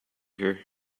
her